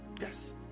Yes